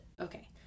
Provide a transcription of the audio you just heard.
okay